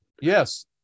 Yes